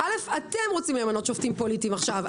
אתם רוצים למנות שופטים פוליטיים עכשיו,